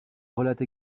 relate